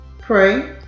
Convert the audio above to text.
pray